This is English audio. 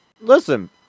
Listen